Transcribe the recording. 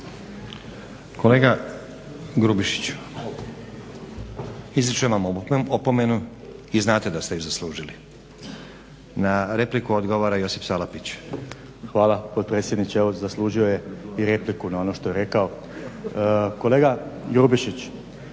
Kolega Grubišiću, izričem vam opomenu jer znate da ste ju zaslužili. Na repliku odgovara Josip Salapić. **Salapić, Josip (HDSSB)** Hvala potpredsjedniče. Evo zaslužio je i repliku na ono što je rekao. Kolega Grubišić